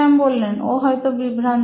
শ্যাম ও হয়তো বিভ্রান্ত